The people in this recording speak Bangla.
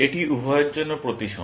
এটি উভয়ের জন্য প্রতিসম